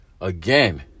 again